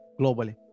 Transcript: globally